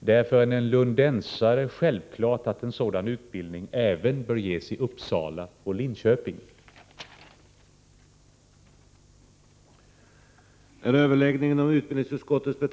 Det är för en lundensare självklart att en sådan utbildning även bör ges i Uppsala och Linköping, som inte nämndes i propositionen.